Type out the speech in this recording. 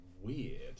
weird